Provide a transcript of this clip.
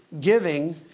giving